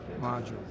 module